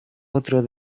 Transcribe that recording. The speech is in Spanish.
otro